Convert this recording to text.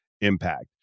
impact